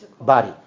body